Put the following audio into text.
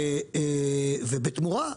ובתמורה,